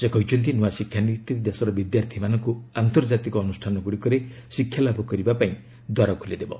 ସେ କହିଛନ୍ତି ନୂଆ ଶିକ୍ଷାନୀତି ଦେଶର ବିଦ୍ୟାର୍ଥୀମାନଙ୍କୁ ଆନ୍ତର୍ଜାତିକ ଅନୁଷ୍ଠାନଗୁଡ଼ିକରେ ଶିକ୍ଷାଲାଭ କରିବା ପାଇଁ ଦ୍ୱାର ଖୋଲିଦେବ